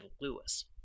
Lewis